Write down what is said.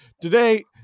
Today